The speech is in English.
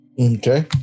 Okay